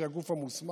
שהיא הגוף המוסמך,